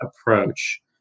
approach